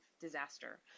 disaster